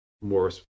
more